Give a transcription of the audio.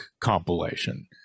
compilation